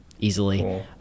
easily